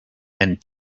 and